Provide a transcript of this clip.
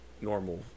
normal